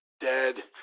dead